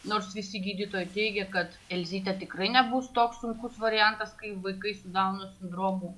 nors visi gydytojai teigė kad elzytė tikrai nebus toks sunkus variantas kai vaikai su dauno sindromu